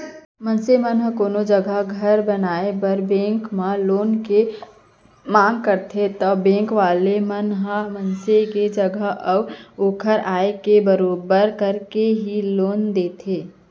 मनसे ह कोनो जघा घर बनाए बर बेंक म लोन के मांग करथे ता बेंक वाले मन ह मनसे के जगा अऊ ओखर आवक के बरोबर करके ही लोन देथे